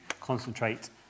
concentrate